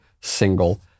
single